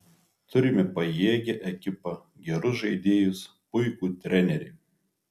turime pajėgią ekipą gerus žaidėjus puikų trenerį